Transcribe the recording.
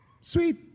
Sweet